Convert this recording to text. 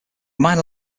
minor